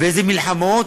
ואיזה מלחמות,